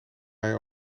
hij